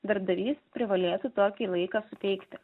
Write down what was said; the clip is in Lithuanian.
darbdavys privalėtų tokį laiką suteikti